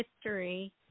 history